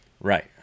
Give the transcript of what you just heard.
Right